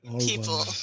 people